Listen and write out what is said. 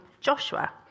Joshua